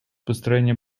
построение